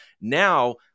now